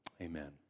Amen